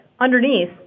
Underneath